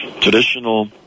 traditional